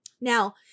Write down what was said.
Now